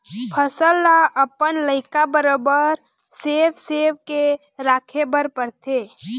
फसल ल अपन लइका बरोबर सेव सेव के राखे बर परथे